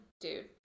dude